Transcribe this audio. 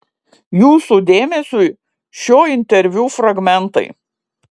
jūsų dėmesiui šio interviu fragmentai